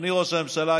אדוני ראש הממשלה,